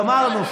גמרנו.